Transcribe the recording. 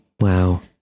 Wow